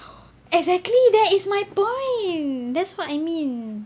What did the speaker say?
exactly there is my point that is what I mean